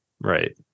right